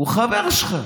הוא חבר שלך,